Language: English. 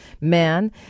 man